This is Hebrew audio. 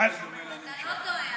אתה לא טועה.